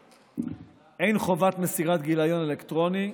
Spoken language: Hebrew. אין חובת מסירת גיליון אלקטרוני,